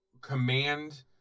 command